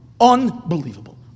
Unbelievable